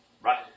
Right